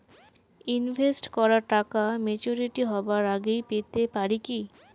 Invest করা টাকা maturity হবার আগেই পেতে পারি কি?